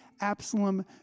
Absalom